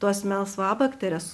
tuos melsvabakterės